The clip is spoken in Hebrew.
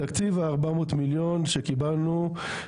תקציב ה-400 מיליון שקיבלנו,